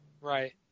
Right